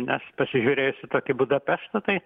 nes pasižiūrėjus į tokį budapeštą tai